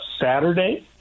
Saturday